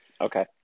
Okay